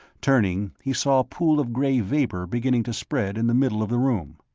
turning, he saw a pool of gray vapor beginning to spread in the middle of the room.